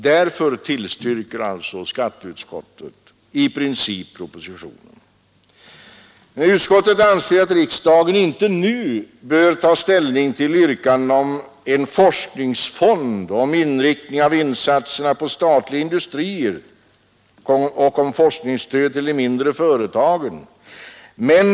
Därför tillstyrker skatteutskottet i princip propositionen. Utskottet anser att riksdagen inte nu bör ta ställning till yrkandena om en forskningsfond och om inriktningen av insatserna på statliga industrier samt om forskningsstöd till de mindre företagen.